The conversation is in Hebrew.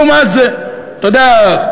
לעומת זאת, אתה יודע,